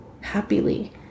happily